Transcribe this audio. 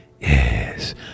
Yes